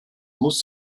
muss